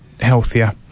healthier